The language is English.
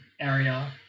area